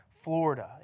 Florida